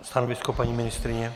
Stanovisko paní ministryně?